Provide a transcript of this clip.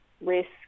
risk